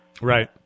Right